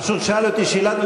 פשוט שאל אותי שאלה,